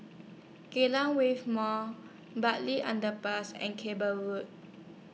Kallang Wave Mall Bartley Underpass and Cable Road